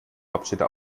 hauptstädte